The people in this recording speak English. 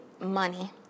money